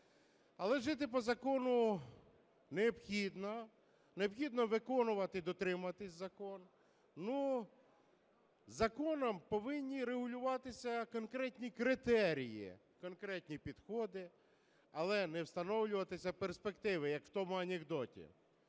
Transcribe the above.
Але жити по закону необхідно, необхідно виконувати і дотримуватися закону, ну законом повинні регулюватися конкретні критерії, конкретні підходи, але не встановлюватися перспективи, як в тому анекдоті.